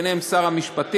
וביניהם שר המשפטים,